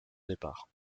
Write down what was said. départ